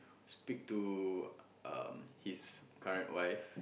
speak to um his current wife